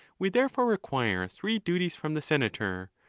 we therefore require three duties from the senator.